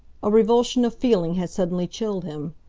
a revulsion of feeling had suddenly chilled him.